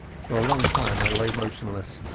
for a long time i lay motionless,